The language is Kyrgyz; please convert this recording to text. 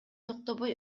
токтобой